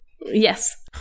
Yes